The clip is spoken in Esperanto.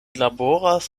laboras